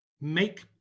make